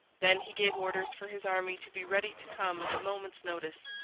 then he gave orders for his army to be ready to come at a moment's notice,